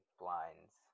blinds